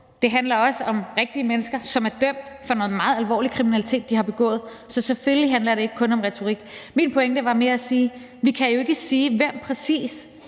Det handler også om rigtige mennesker, som er dømt for at have begået meget alvorlig kriminalitet. Så selvfølgelig handler det ikke kun om retorik. Min pointe var mere, at vi jo ikke kan sige, præcis